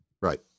Right